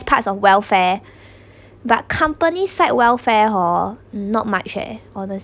parts of welfare but company site welfare hor not much eh honest~